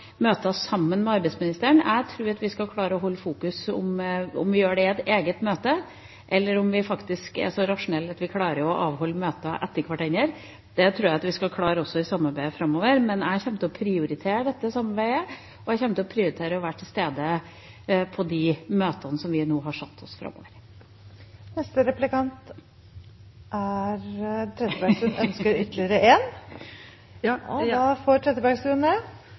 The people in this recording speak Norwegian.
møter sammen med arbeidsministeren. Jeg tror vi skal klare å holde fokus om vi gjør det i et eget møte, eller om vi faktisk er så rasjonelle at vi klarer å avholde møter etter hverandre, og det tror jeg vi skal klare også i samarbeidet framover. Men jeg kommer til å prioritere dette samarbeidet, og jeg kommer til å prioritere å være til stede på de møtene som vi nå har satt opp framover. Hele poenget med forslaget fra Skjeie-utvalget om et eget trepartssamarbeid for